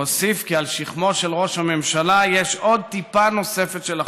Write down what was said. והוסיף כי על שכמו של ראש הממשלה יש עוד טיפה נוספת של אחריות.